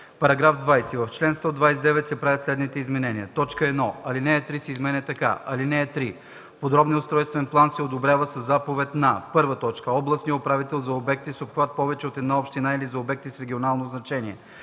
§ 20: „§ 20. В чл. 129 се правят следните изменения: 1. Алинея 3 се изменя така: „(3) Подробният устройствен план се одобрява със заповед на: 1. областния управител – за обекти с обхват повече от една община или за обекти с регионално значение;